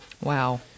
Wow